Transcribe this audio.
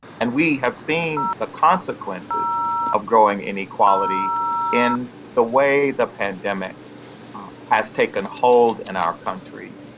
and we have seen the consequences of growing inequality in the way the pandemic has taken hold in our country,